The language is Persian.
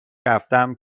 رفتم